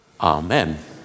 Amen